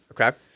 Okay